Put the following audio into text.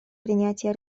принятия